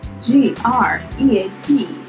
G-R-E-A-T